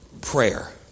prayer